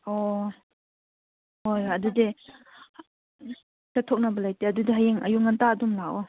ꯑꯣ ꯍꯣꯏ ꯑꯗꯨꯗꯤ ꯆꯠꯊꯣꯛꯅꯕ ꯂꯩꯇꯦ ꯑꯗꯨꯗꯤ ꯍꯌꯦꯡ ꯑꯌꯨꯀ ꯉꯟꯇꯥ ꯑꯗꯨꯝ ꯂꯥꯛꯑꯣ